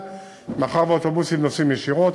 אבל מאחר שהאוטובוסים נוסעים ישירות,